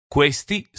Questi